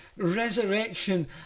resurrection